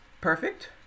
perfect